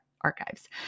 archives